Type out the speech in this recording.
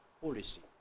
policy